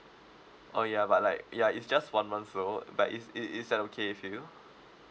oh ya but like ya it's just one month so but is i~ is that okay with you